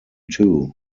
two